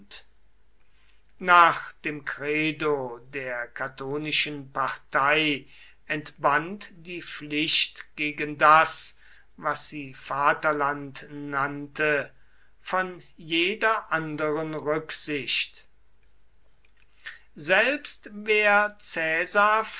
nach dem credo der catonischen partei entband die pflicht gegen das was sie vaterland nannte von jeder anderen rücksicht selbst wer caesar